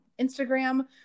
Instagram